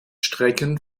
strecken